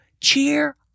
cheer